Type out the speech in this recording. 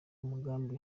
umugambi